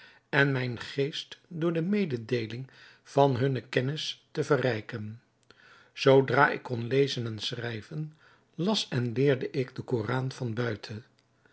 en mijn geest door de mededeeling van hunne kennis te verrijken zoodra ik kon lezen en schrijven las en leerde ik den koran van buiten